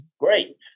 great